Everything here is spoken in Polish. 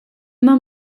mam